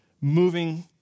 moving